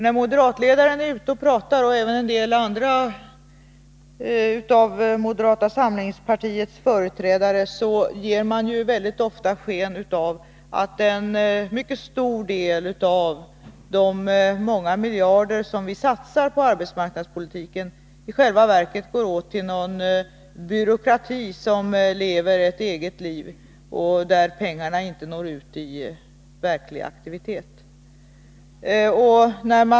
När moderatledaren — och även en del andra företrädare för moderata samlingspartiet — är ute och pratar — ger man ofta sken av att en mycket stor del av de många miljarder som satsas på arbetsmarknadspolitiken i själva verket går åt till någon byråkrati som lever ett eget liv och där pengarna inte når ut i verklig aktivitet.